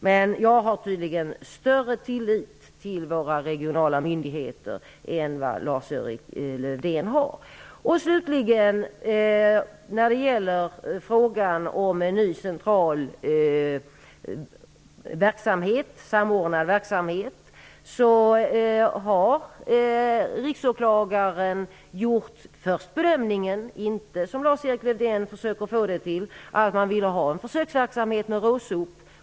Men jag har tydligen större tillit till våra regionala myndigheter än vad Lars-Erik Lövdén har. Slutligen när det gäller frågan om en ny centralt samordnad verksamhet gjorde Riksåklagaren bedömningen -- den stämmer inte med det som Lars-Erik Lövdén försöker att få det till -- att man ville ha en försöksverksamhet med RÅSOP.